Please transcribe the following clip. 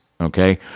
okay